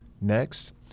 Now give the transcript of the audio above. Next